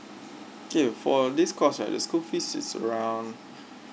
okay for this course right the school fees is around